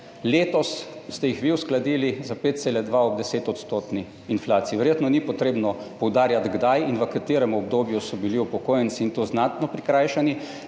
ko ste jih vi uskladili za 5,2 % ob 10-odstotni inflaciji. Verjetno ni treba poudarjati, kdaj in v katerem obdobju so bili upokojenci prikrajšani,